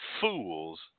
fools